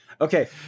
Okay